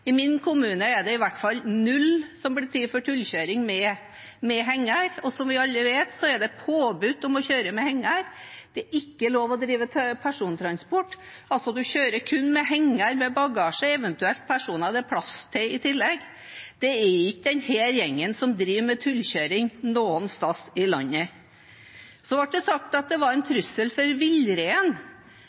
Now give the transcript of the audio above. i hvert fall ingen som blir tatt for tullekjøring med henger. Som vi alle vet, er det påbudt å kjøre med henger, det er ikke lov å drive persontransport. Man kjører kun med henger med bagasje, eventuelt med personer det er plass til i tillegg. Det er ikke denne gjengen som driver med tullekjøring noe sted i landet. Så ble det sagt at det var en trussel for villreinen.